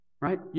Right